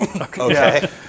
Okay